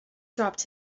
dropped